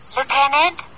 Lieutenant